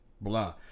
blah